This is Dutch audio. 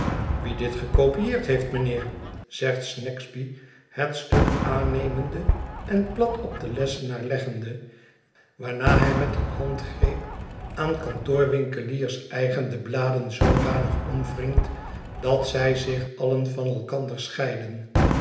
wie dit gekopieerd heeft mijnheer zegt snagsby het stuk aannemende en plat op den lessenaar leggende waarna hij met een handgreep aan kantoorwinkeliers eigen de bladen zoodanig omwringt dat zij zich allen van elkander scheiden